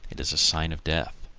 it is a sign of death.